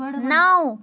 نَو